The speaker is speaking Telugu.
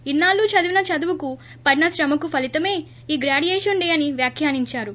ఇన్నాళ్లు చదివిన చదువుకు పడిన శ్రమకు ఫలితమే ఈ గ్రాడ్యుయేషన్ డే అని వ్యాఖ్యానించారు